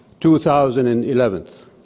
2011